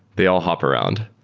they all hop around.